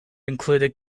included